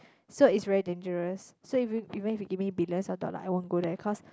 so it's very dangerous so if you even if you give me billions of dollar I won't go there cause